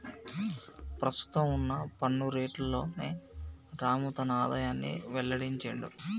ప్రస్తుతం వున్న పన్ను రేట్లలోనే రాము తన ఆదాయాన్ని వెల్లడించిండు